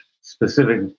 specific